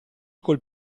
col